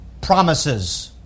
promises